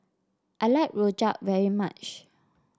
I like Rojak very much